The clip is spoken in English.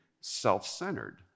self-centered